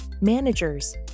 managers